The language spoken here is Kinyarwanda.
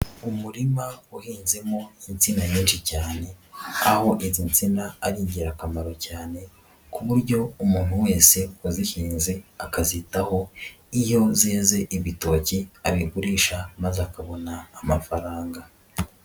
Umurima uhinzemo insina nyinshi cyane aho izi nsina ari ingirakamaro cyane ku buryo umuntu wese wazihinze akazizitaho iyo zeze ibitoki abigurisha maze akabona amafaranga.